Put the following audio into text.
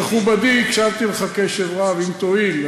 מכובדי, הקשבתי לך קשב רב, אם תואיל.